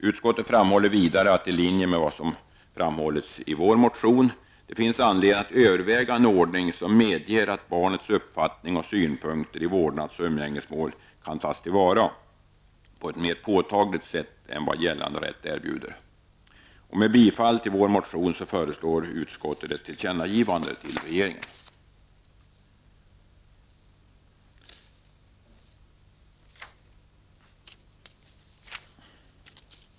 Utskottet framhåller vidare, i linje med vad som framhålls i vår motion: ''att det finns anledning att överväga en ordning som medger att barnets uppfattning och synpunkter i vårdnads och umgängesmål kan tas till vara på ett mer påtagligt sätt än vad gällande rätt erbjuder''. Utskottet tillstyrker vår motion och föreslår ett tillkännagivade till regeringen.